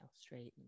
straighten